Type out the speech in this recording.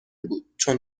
بود، چون